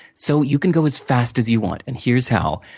so you can go as fast as you want. and, here's how.